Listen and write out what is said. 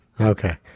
Okay